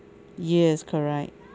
yes correct